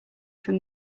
from